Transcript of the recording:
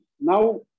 now